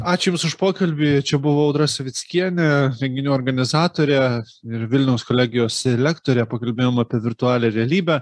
ačiū jums už pokalbį čia buvo audra savickienė renginių organizatorė ir vilniaus kolegijos lektorė pakalbėjom apie virtualią realybę